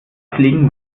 fliegen